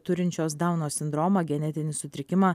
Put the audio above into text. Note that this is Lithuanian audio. turinčios dauno sindromą genetinį sutrikimą